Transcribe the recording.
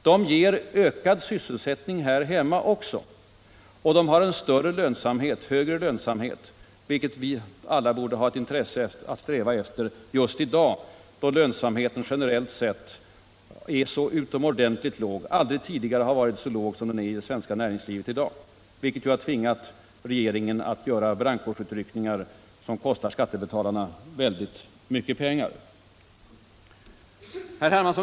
De ger ökad sysselsättning här hemma också, och de har bättre lönsamhet, vilket vi alla borde ha intresse av att sträva efter i dag, då lönsamheten generellt sett är utomordentligt låg. Lönsamheten i det svenska näringslivet har aldrig tidigare varit så låg som den är i dag, vilket har tvingat regeringen att göra brandkårsutryckningar som kostar skattebetalarna mycket pengar.